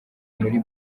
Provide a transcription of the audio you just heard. muri